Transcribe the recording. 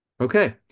Okay